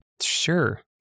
sure